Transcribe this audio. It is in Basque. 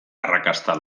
arrakasta